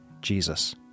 Jesus